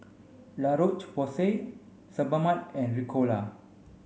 La Roche Porsay Sebamed and Ricola